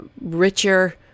richer